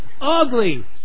Ugly